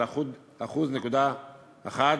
של 1.1%,